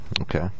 Okay